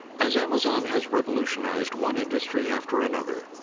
as amazon has revolutionized one industry after another,